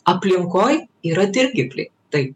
aplinkoj yra dirgikliai taip